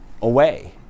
away